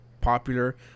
popular